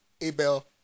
Abel